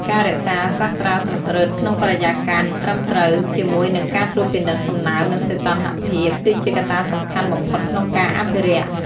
ការរក្សាសាស្រ្តាស្លឹករឹតក្នុងបរិយាកាសត្រឹមត្រូវជាមួយនឹងការត្រួតពិនិត្យសំណើម និងសីតុណ្ហភាព គឺជាកត្តាសំខាន់បំផុតក្នុងការអភិរក្ស។